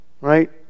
Right